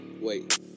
Wait